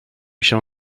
się